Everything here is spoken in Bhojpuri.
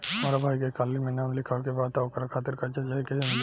हमरा भाई के कॉलेज मे नाम लिखावे के बा त ओकरा खातिर कर्जा चाही कैसे मिली?